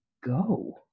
go